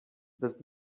does